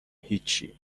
هیچی